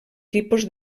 tipus